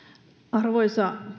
arvoisa